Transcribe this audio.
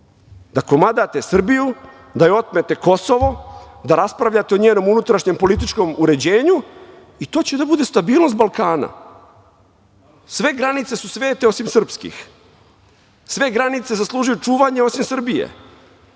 da komadate Srbiju, da joj otmete Kosovo, da raspravljate o njenom unutrašnjem političkom uređenju i to će da bude stabilnost Balkana. Sve granice su svete osim srpskih. Sve granice zaslužuju čuvanje, osim